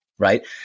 Right